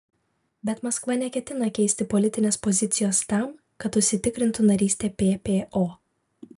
bet maskva neketina keisti politinės pozicijos tam kad užsitikrintų narystę ppo